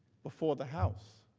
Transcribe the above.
but for the house.